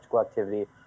activity